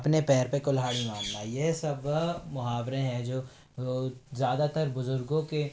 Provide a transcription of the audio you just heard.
अपने पैर पे कुल्हाड़ी मारना ये सब मुहावरें हैं जो ज़्यादातर बुजर्गों के